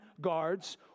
guards